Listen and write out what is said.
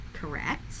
Correct